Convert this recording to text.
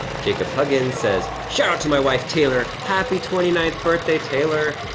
jacob huggins says, shout-out to my wife, taylor. happy twenty ninth birthday, taylor.